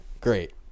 Great